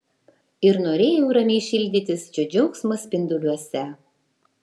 ir norėjau ramiai šildytis šio džiaugsmo spinduliuose